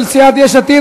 של סיעת יש עתיד,